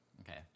Okay